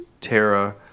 Tara